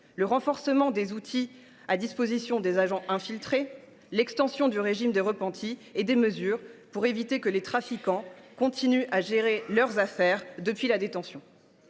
le renforcement des outils à disposition des agents infiltrés, l’extension du régime des repentis et des mesures pour éviter que les trafiquants ne continuent de gérer leurs affaires depuis leur centre